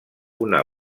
una